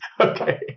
Okay